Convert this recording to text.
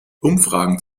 umfragen